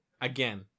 Again